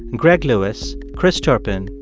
and greg lewis, chris turpin,